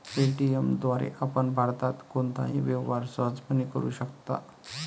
Paytm द्वारे आपण भारतात कोणताही व्यवहार सहजपणे करू शकता